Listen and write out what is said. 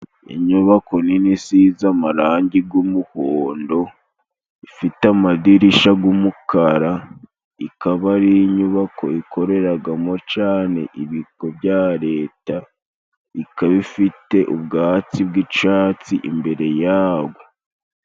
Inyubako nini isize amarangi g'umuhondo ifite amadirisha g'umukara, ikaba ari inyubako ikoreragamo cane ibigo bya Leta, ikaba ifite ubwatsi bw'icatsi imbere yago.